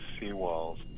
seawalls